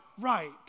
right